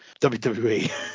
WWE